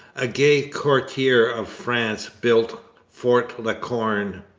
a gay courtier of france built fort la corne.